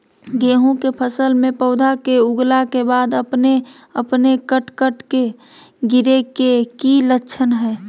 गेहूं के फसल में पौधा के उगला के बाद अपने अपने कट कट के गिरे के की लक्षण हय?